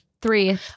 three